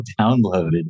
downloaded